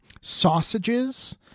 sausages